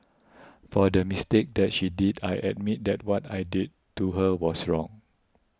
for the mistake that she did I admit that what I did to her was wrong